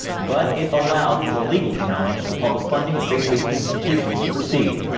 but it allowed the legal challenge to public funding of faith-based institutions to proceed.